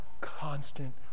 constant